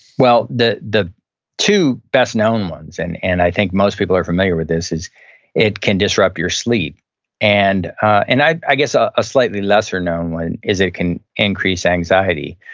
well, the the two best known ones, and and i think most people are familiar with this, is it can disrupt your sleep and and i i guess a ah slightly lesser known one is that it can increase anxiety.